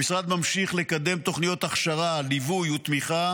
המשרד ממשיך לקדם תוכניות הכשרה, ליווי ותמיכה